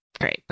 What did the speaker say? great